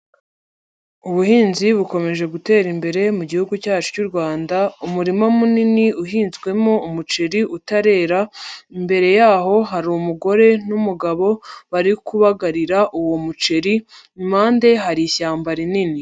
Ubuhinzi bukomeje gutera imbere mu gihugu cyacu cy'u Rwanda, umurima munini uhinzwemo umuceri utarera, imbere yaho hari umugore n'umugabo bari kubagarira uwo muceri, impande hari ishyamba rinini.